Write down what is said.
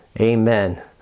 amen